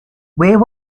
where